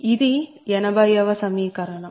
ఇది 80 వ సమీకరణం